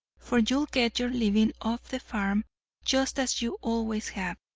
for you'll get your living off the farm just as you always have.